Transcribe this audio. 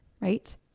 right